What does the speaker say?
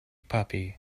puppy